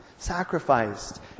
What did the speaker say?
sacrificed